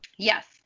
Yes